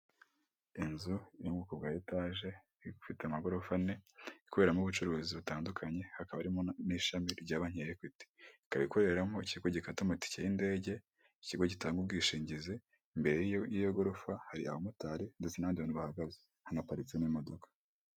Inzu yo mu bwoko bwa etage ifite amagorofa ane, ikoreramo ubucuruzi butandukanye. Hakaba harimo n'ishami rya banki ya ekwiti. Ikaba ikoreramo ikigo gifatata amatike y'indege, ikigo gitanga ubwishingizi. Mbere y'iyo gorofa hari abamotari ndetse nabandi bantu bahagaze hanaparitse n'imodoka.